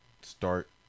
start